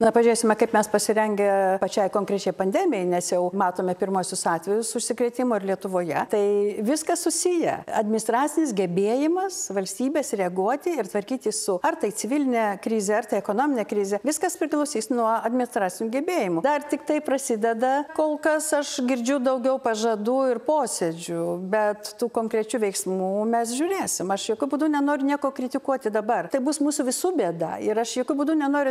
na pažiūrėsime kaip mes pasirengę pačiai konkrečiai pandemijai nes jau matome pirmuosius atvejus užsikrėtimo ir lietuvoje tai viskas susiję administracinis gebėjimas valstybės reaguoti ir tvarkytis su ar tai civiline krize ar tai ekonomine krize viskas priklausys nuo administracinių gebėjimų dar tiktai prasideda kol kas aš girdžiu daugiau pažadų ir posėdžių bet tų konkrečių veiksmų mes žiūrėsim aš jokiu būdu nenoriu nieko kritikuoti dabar tai bus mūsų visų bėda ir aš jokiu būdu nenoriu